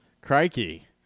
crikey